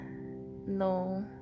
no